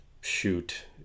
shoot